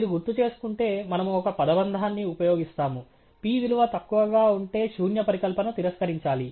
మీరు గుర్తుచేసుకుంటే మనము ఒక పదబంధాన్ని ఉపయోగిస్తాము p విలువ తక్కువగా ఉంటే శూన్య పరికల్పన తిరస్కరించాలి